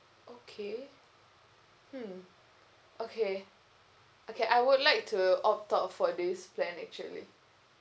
okay hmm okay okay I would like to opt out for this plan actually